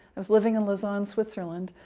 i was living in lausanne, switzerland,